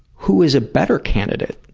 who is a better candidate